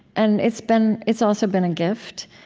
and it's been it's also been a gift.